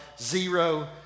zero